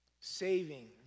saving